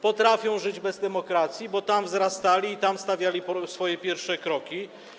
Potrafią żyć bez demokracji, bo tam wzrastali i tam stawiali swoje pierwsze kroki.